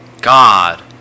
God